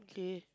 okay